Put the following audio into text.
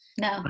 no